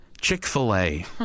Chick-fil-A